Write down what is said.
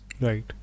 right